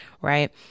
right